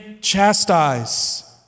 chastise